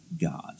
God